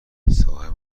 صاحب